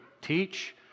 Teach